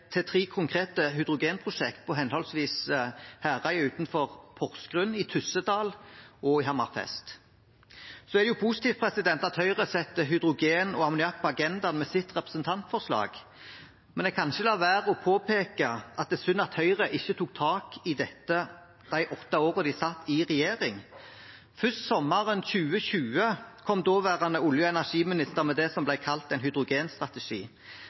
konkrete hydrogenprosjekter på henholdsvis Herøya utenfor Porsgrunn, i Tyssedal og i Hammerfest. Så er det positivt at Høyre setter hydrogen og ammoniakk på agendaen med sitt representantforslag. Men jeg kan ikke la være å påpeke at det er synd at Høyre ikke tok tak i dette de åtte årene de satt i regjering. Først sommeren 2020 kom daværende olje- og energiminister med det som ble kalt en hydrogenstrategi,